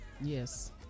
Yes